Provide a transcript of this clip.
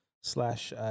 slash